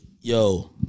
yo